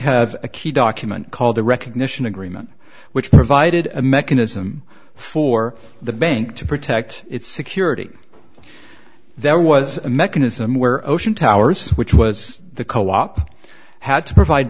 have a key document called the recognition agreement which provided a mechanism for the bank to protect its security there was a mechanism where ocean towers which was the co op had to provide